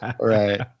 right